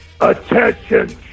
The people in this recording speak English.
Attention